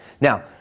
Now